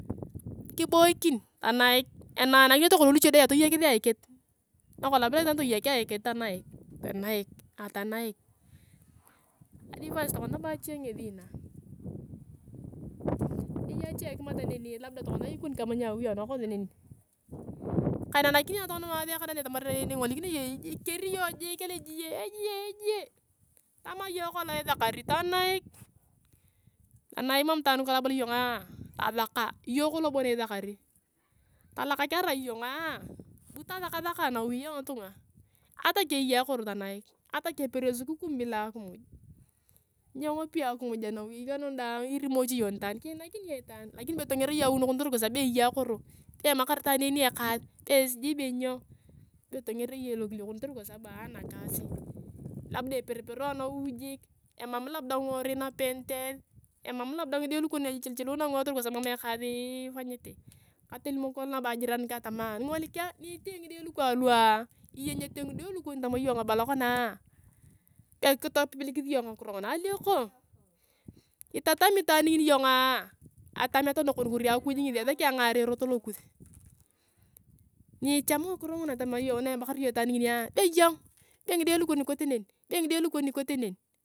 Kiboikin tonaik, enanakinete kolong luche deng toyekis aikit, nakolong abala itaan toyeik aikit, tanaik, tanaik, tanaik, advice tokona nabo ache ngesi naga, eyei ache kimat neni labda tokona ikoni kama nia awi anakosi neni, kainakinia na ingolikinia iyong ikeri iyong jiik alojie, ejie ejie tama iyong kolong isakari tanaik, tanaik mam itaan kolong abala iyonga, tasaka iyong kolong bon isakari. tolakak arai iyongaa, bu tosakasaka anauyei angitunga. ata keya akoro tanaik ata kaperio siku kumi bila akimuj, nyengapi akimuj anavyei kanu kadang irimo cha iyong nitaan kinakini iyong itaan. lakini be tonger iyong awi nakon kotere kwa sabu be eyei akoro, be emakar itaan en ekaas be sijui be nyo, be tonger iyong lokiliokon kotere kwa sabua ana kasi, labda eberepere anawi jik, omam labda ngiworui inapenete esi, emam labda ngide lukon echiluchiluna ngiorui kotere labda emam ekaas ifanyete, katolimok kolong nabo ayong jiran kang, tamaa ingolikiq, nyite ngide lukang lua iyenyete ngide lukam tama iyong ebala konaa, be kitopipilikis iyong ngakiro nguna alioko. ilatami itaam ngini iyongaa, atamet nakon koriakuj ngesi esaki angaar erot lokus. nicham ngariro nguna tama iyong na ebakar iyong itaan nginia, be iyong, be ngide lukon be ikote ne, be ngide lukon be ikote ne.